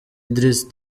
idriss